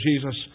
Jesus